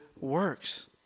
works